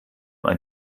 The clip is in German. ein